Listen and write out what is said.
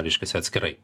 reiškiasi atskirai